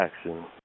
action